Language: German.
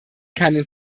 keinen